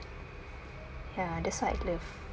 ya that's why I love